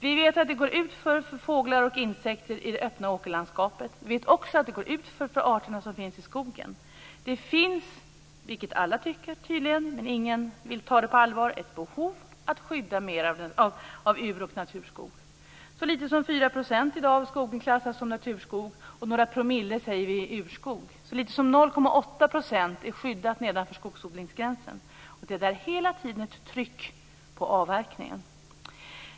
Det går utför för fåglar och insekter i det öppna åkerlandskapet. Det går också utför för de arter som finns i skogen. Det finns - vilket alla anser, men som ingen vill ta på allvar - ett behov av att skydda mer av uroch naturskogen. Så litet som 4 % av skogen klassas i dag som naturskog och några få promille klassas som urskog. Så litet som 0,8 % är skyddad nedanför skogsodlingsgränsen, och det finns hela tiden ett tryck på avverkning.